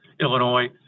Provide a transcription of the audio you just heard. Illinois